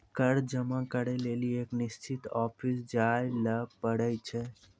कर जमा करै लेली एक निश्चित ऑफिस जाय ल पड़ै छै